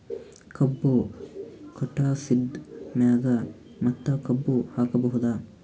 ಕಬ್ಬು ಕಟಾಸಿದ್ ಮ್ಯಾಗ ಮತ್ತ ಕಬ್ಬು ಹಾಕಬಹುದಾ?